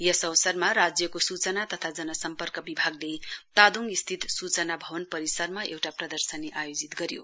यस अवसरमा राज्यको सूचना तथा जनसम्पर्क विभागले तादोङ स्थित सूचना भवन परिसरमा एउटा प्रदशर्नी आयोजित गर्यो